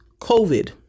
COVID